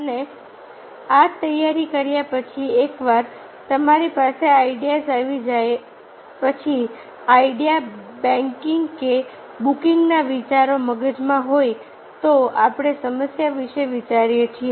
અને આ તૈયારી કર્યા પછી એક વાર તમારી પાસે આઈડિયાઝ આવી જાય પછી આઈડિયા બેંકિંગ કે બુકિંગના વિચારો મગજમાં હોય તો આપણે સમસ્યા વિશે વિચારીએ છીએ